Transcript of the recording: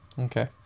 Okay